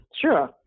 Sure